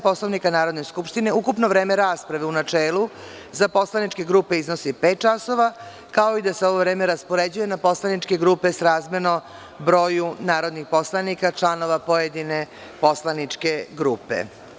Poslovnika Narodne skupštine, ukupno vreme rasprave u načelu za poslaničke grupe iznosi pet časova, kao i da se ovo vreme raspoređuje na poslaničke grupe srazmerno broju narodnih poslanika članova pojedine poslaničke grupe.